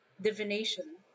divination